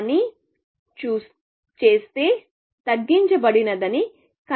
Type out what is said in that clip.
అలా చేస్తే తగ్గించబడినది కనిపెట్టబడలేదు